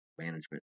Management